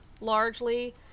largely